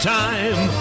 time